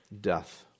death